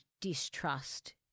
distrust